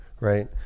right